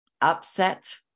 Upset